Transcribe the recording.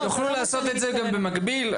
יוכלו לעשות את זה גם במקביל.